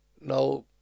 Now